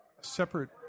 separate